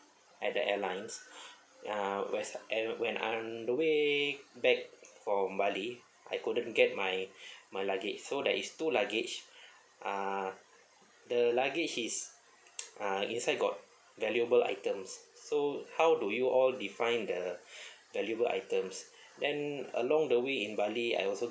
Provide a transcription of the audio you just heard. at the airlines uh where's at when on the way back from bali I couldn't get my my luggage so there is two luggage uh the luggage is uh inside got valuable items so how do you all define the valuable items then along the way in bali I also